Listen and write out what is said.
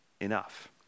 enough